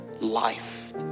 life